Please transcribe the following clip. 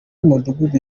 w’umudugudu